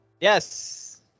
Yes